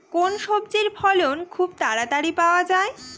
কোন সবজির ফলন খুব তাড়াতাড়ি পাওয়া যায়?